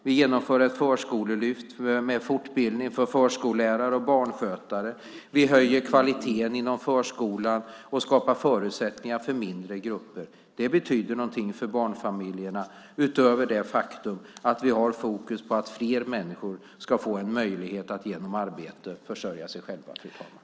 Vi genomför ett förskolelyft med fortbildning för förskollärare och barnskötare. Vi höjer kvaliteten inom förskolan och skapar förutsättningar för mindre grupper. Det betyder någonting för barnfamiljerna utöver det faktum att vi har fokus på att fler människor ska få en möjlighet att genom arbete försörja sig själva, fru talman.